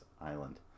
Island